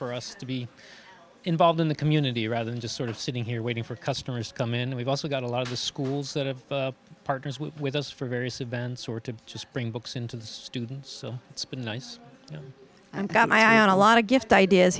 for us to be involved in the community rather than just sort of sitting here waiting for customers to come in and we've also got a lot of the schools that have partners with us for various events or to just bring books into the students so it's been nice i'm got my own a lot of gift ideas